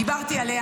דיברתי עליה,